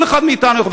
כל אחד מאתנו יכול,